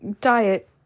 diet